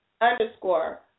underscore